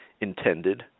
intended